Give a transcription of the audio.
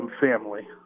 family